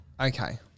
Okay